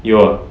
有 ah